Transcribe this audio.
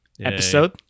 episode